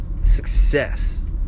success